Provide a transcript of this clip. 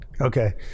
okay